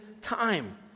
time